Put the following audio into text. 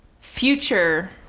future